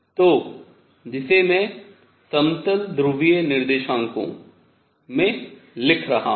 तो जिसे मैं समतल ध्रुवीय निर्देशांकों में लिख रहा हूँ